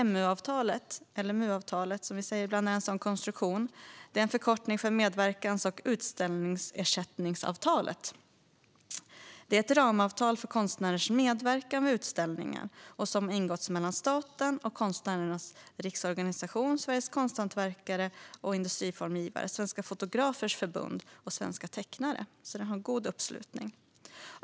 MU-avtalet är en sådan konstruktion. Förkortningen står för medverkans och utställningsersättningsavtalet. Det är ett ramavtal för konstnärers medverkan vid utställningar som ingåtts mellan staten och Konstnärernas Riksorganisation, Sveriges Konsthantverkare och industriformgivare, Svenska Fotografers Förbund och Svenska Tecknare - det har alltså god uppslutning.